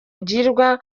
ugirwa